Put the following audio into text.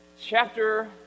chapter